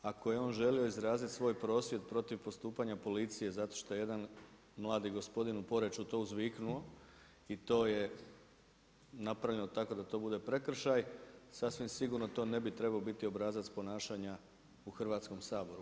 Ako je želio izraziti svoj prosvjed protiv postupanja policije zato što je jedan mladi gospodin u Poreču to uzviknuo, i to je napravljeno tako da to bude prekršaj, sasvim sigurno to ne bi trebao biti obrazac ponašanja u Hrvatskom saboru.